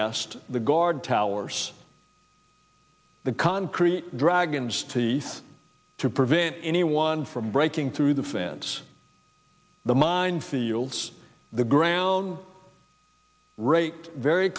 asked the guard towers the concrete dragon's teeth to prevent anyone from breaking through the fence the mine fields the ground rate very